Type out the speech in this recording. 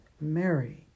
Mary